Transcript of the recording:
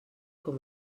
com